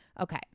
Okay